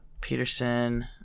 Peterson